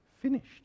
finished